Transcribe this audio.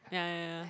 ya ya ya